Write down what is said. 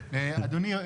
אדוני,